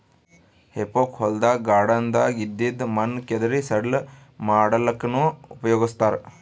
ಹೆಫೋಕ್ ಹೊಲ್ದಾಗ್ ಗಾರ್ಡನ್ದಾಗ್ ಇದ್ದಿದ್ ಮಣ್ಣ್ ಕೆದರಿ ಸಡ್ಲ ಮಾಡಲ್ಲಕ್ಕನೂ ಉಪಯೊಗಸ್ತಾರ್